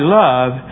love